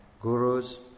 gurus